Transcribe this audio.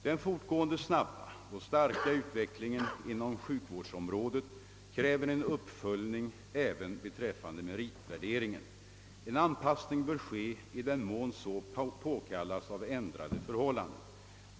Den fortgående snabba och starka utvecklingen inom sjukvårdsområdet kräver en uppföljning även beträffande meritvärderingen, En anpassning bör ske i den mån så påkallas av ändrade förhållanden.